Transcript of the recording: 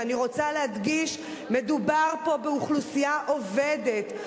ואני רוצה להדגיש: מדובר פה באוכלוסייה עובדת,